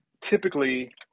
Typically